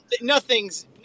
nothing's